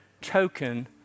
token